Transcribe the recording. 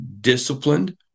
disciplined –